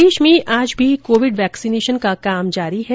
प्रदेश में आज भी कोविड वैक्सीनेशन का काम जारी है